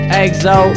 exo